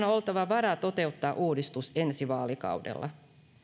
on oltava varaa toteuttaa uudistus ensi vaalikaudella